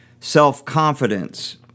self-confidence